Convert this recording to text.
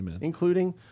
including